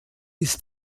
ist